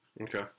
okay